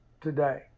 today